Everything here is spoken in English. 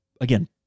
again